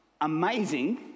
amazing